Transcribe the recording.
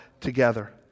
Together